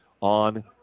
on